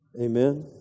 Amen